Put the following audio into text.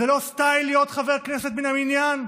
זה לא סטייל להיות חבר כנסת מן המניין?